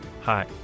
Hi